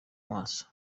maso